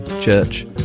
church